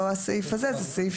זה לא הסעיף הזה.